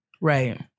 Right